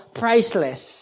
priceless